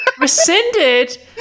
Rescinded